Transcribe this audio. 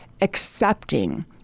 accepting